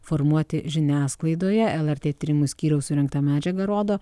formuoti žiniasklaidoje lrt tyrimų skyriaus surinkta medžiaga rodo